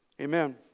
Amen